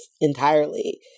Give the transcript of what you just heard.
entirely